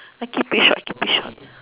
I keep it short I keep it short ya